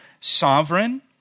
sovereign